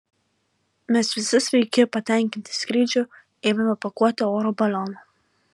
mes visi sveiki patenkinti skrydžiu ėmėme pakuoti oro balioną